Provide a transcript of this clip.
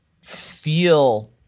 feel